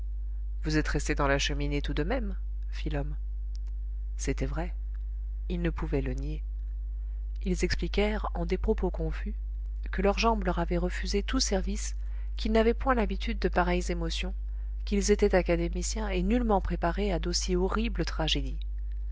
vous êtes restés dans la cheminée tout de même fit l'homme c'était vrai ils ne pouvaient le nier ils expliquèrent en des propos confus que leurs jambes leur avaient refusé tout service qu'ils n'avaient point l'habitude de pareilles émotions qu'ils étaient académiciens et nullement préparés à d'aussi horribles tragédies